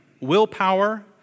Willpower